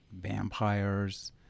vampires